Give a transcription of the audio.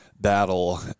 battle